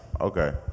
Okay